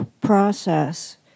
process